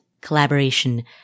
collaboration